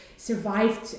Survived